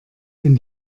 wenn